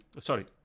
sorry